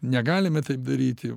negalime taip daryti